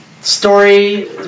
Story